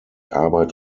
arbeit